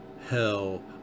hell